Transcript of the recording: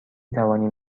توانیم